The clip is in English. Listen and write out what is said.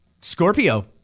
Scorpio